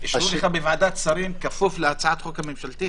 אבל אישרו לך בוועדת שרים כפוף להצעת החוק הממשלתית